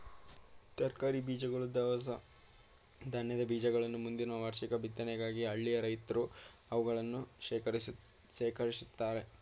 ತರಕಾರಿ ಬೀಜಗಳು, ದವಸ ಧಾನ್ಯದ ಬೀಜಗಳನ್ನ ಮುಂದಿನ ವಾರ್ಷಿಕ ಬಿತ್ತನೆಗಾಗಿ ಹಳ್ಳಿಯ ರೈತ್ರು ಅವುಗಳನ್ನು ಶೇಖರಿಸಿಡ್ತರೆ